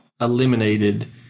eliminated